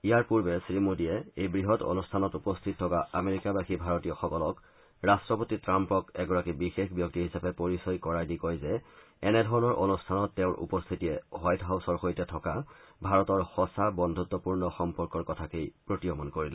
ইয়াৰ পূৰ্বে শ্ৰীমোডীয়ে এই বৃহৎ অনুষ্ঠানত উপস্থিত থকা আমেৰিকাবাসী ভাৰতীয়সকলক ৰট্টপতি ট্ৰাম্পক এগৰাকী বিশেষ ব্যক্তি হিচাপে পৰিচয় কৰাই দি কয় যে এনেধৰণৰ অনুষ্ঠানত তেওঁৰ উপস্থিতিয়ে হোৱাইট হাউছৰ সৈতে থকা ভাৰতৰ সঁচা বন্ধুত্বপূৰ্ণ সম্পৰ্কৰ কথাকেই প্ৰতীয়মান কৰিলে